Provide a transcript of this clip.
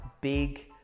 big